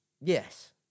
Yes